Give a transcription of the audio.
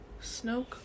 Snoke